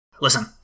Listen